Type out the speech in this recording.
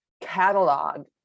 catalog